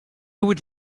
would